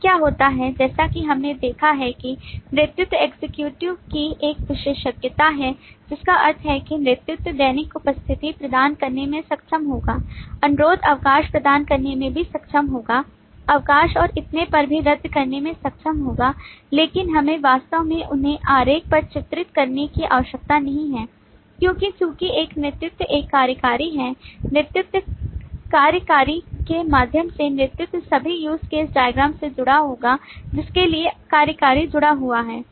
अब क्या होता है जैसा कि हमने देखा है कि नेतृत्व एक्जीक्यूटिव की एक विशेषज्ञता है जिसका अर्थ है कि नेतृत्व दैनिक उपस्थिति प्रदान करने में सक्षम होगा अनुरोध अवकाश प्रदान करने में भी सक्षम होगा अवकाश और इतने पर भी रद्द करने में सक्षम होगा लेकिन हमें वास्तव में उन्हें आरेख पर चित्रित करने की आवश्यकता नहीं है क्योंकि चूंकि एक नेतृत्व एक कार्यकारी है नेतृत्व कार्यकारी के माध्यम से नेतृत्व सभी use cases से जुड़ा होगा जिसके लिए कार्यकारी जुड़ा हुआ है